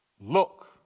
Look